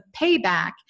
payback